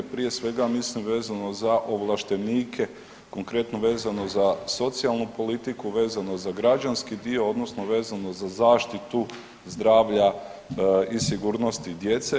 Prije svega mislim vezano za ovlaštenike, konkretno vezano za socijalnu politiku, vezano za građanski dio, odnosno vezano za zaštitu zdravlja i sigurnosti djece.